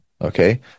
Okay